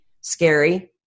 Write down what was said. scary